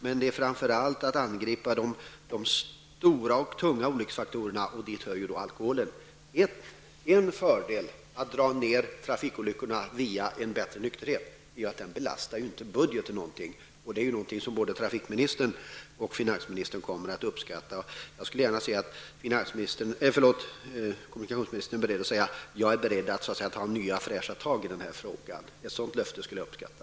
Men framför allt måste man angripa de stora och tunga olycksfaktorerna, och dit hör alkoholen. En fördel med att dra ner antalet trafikolyckor via en bättre nykterhet är att detta inte belastar budgeten. Det är någonting som både kommunikationsministern och finansministern kommer att uppskatta. Jag skulle gärna se att kommunikationsministern skulle säga att han är beredd att ta nya fräscha tag i denna fråga. Ett sådant löfte skulle jag uppskatta.